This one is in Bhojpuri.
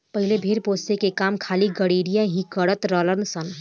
पहिले भेड़ पोसे के काम खाली गरेड़िया ही करत रलन सन